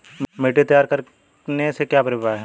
मिट्टी तैयार करने से क्या अभिप्राय है?